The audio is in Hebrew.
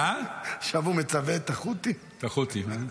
את החות'ים.